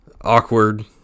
awkward